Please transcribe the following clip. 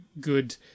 good